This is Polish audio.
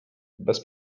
bez